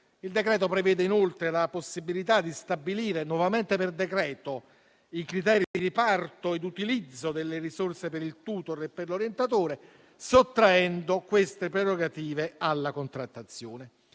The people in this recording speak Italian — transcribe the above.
Il decreto-legge prevede, inoltre, la possibilità di stabilire nuovamente per decreto i criteri di riparto ed utilizzo delle risorse per il *tutor* e per l'orientatore, sottraendo queste prerogative alla contrattazione.